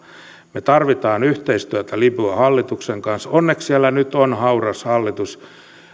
me tarvitsemme yhteistyötä libyan hallituksen kanssa ja onneksi siellä nyt on hauras hallitus